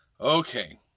Okay